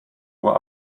uhr